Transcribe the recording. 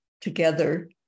together